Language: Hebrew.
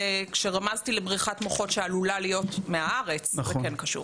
כשרמזתי לבריחת מוחות שעלולה להיות מהארץ זה כן קשור.